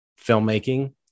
filmmaking